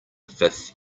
fifth